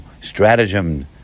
stratagem